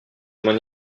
m’en